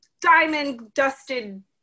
diamond-dusted